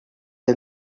him